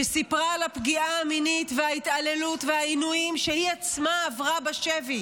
שסיפרה על הפגיעה המינית וההתעללות והעינויים שהיא עצמה עברה בשבי